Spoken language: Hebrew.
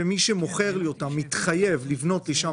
ומי שמוכר לי אותה מתחייב לבנות לי שם